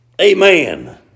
Amen